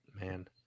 Man